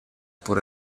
por